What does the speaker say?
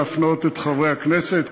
להפנות את חברי הכנסת,